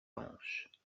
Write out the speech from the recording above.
hanches